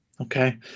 Okay